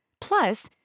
Plus